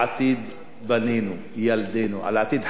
על עתיד חיינו כאן במזרח התיכון.